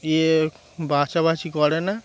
ইয়ে বাছাবাছি করে না